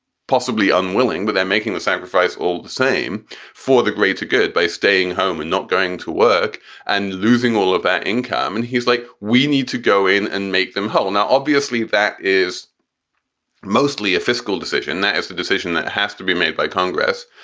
possibly unwilling, but they're making the sacrifice all the same for the greater good by staying home and not going to work and losing all of that income. and he's like, we need to go in and make them whole. now, obviously, that is mostly a fiscal decision. that is a decision that has to be made by congress.